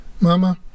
Mama